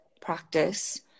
practice